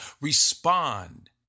Respond